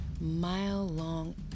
mile-long